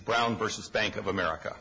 brown versus bank of america